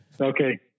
Okay